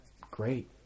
great